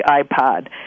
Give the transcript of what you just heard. iPod